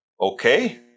Okay